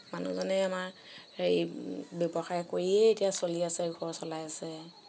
মানুহজনে আমাৰ হেৰি ব্যৱসায় কৰিয়ে এতিয়া চলি আছে ঘৰ চলাই আছে